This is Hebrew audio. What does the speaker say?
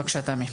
בבקשה, תמי.